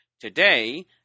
Today